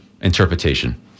interpretation